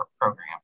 program